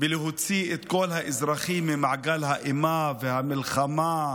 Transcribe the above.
להוציא את כל האזרחים ממעגל האימה והמלחמה,